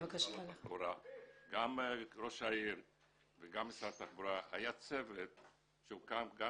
גם ראש העיר וגם משרד התחבורה היה צוות שהוקם גם